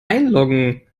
einloggen